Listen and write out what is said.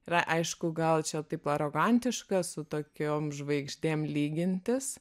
yra aišku gal čia taip arogantiška su tokiom žvaigždėm lygintis